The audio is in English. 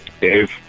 dave